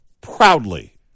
proudly